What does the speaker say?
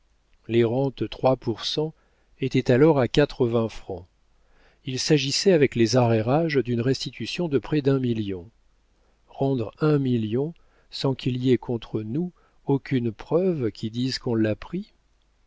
les rentes trois pour cent étaient alors à quatre-vingts francs il s'agissait avec les arrérages d'une restitution de près d'un million rendre un million sans qu'il y ait contre nous aucune preuve qui dise qu'on l'a pris